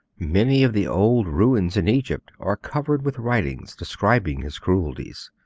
many of the old ruins in egypt are covered with writings describing his cruelties.